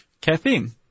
Caffeine